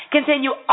Continue